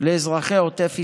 לאזרחי עוטף ישראל,